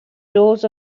doors